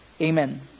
Amen